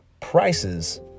prices